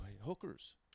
hookers